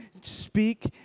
speak